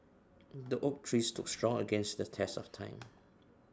the oak tree stood strong against the test of time